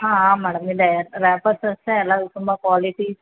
ಹಾಂ ಹಾಂ ಮೇಡಮ್ ಇದೆ ರ್ಯಾಪರ್ಸ್ ಅಷ್ಟೇ ಅಲ್ಲ ತುಂಬ ಕ್ವಾಲಿಟಿ